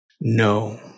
no